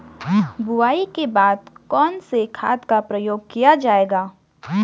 बुआई के बाद कौन से खाद का प्रयोग किया जायेगा?